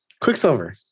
Quicksilver